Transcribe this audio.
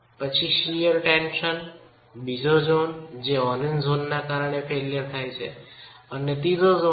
પછી shear tension બીજો zone જે ઓરેન્જ ઝોનને કારણે ફેઇલ્યર થાય છે અને ત્રીજો ઝોન